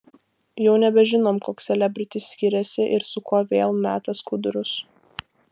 jau nebežinom koks selebritis skiriasi ir su kuo vėl meta skudurus